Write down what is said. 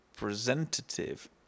representative